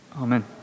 Amen